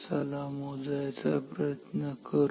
चला मोजायचा प्रयत्न करू